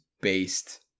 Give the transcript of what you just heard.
based